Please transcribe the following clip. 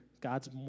God's